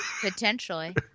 Potentially